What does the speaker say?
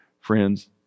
friends